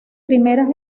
primeras